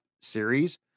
series